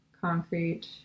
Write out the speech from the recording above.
concrete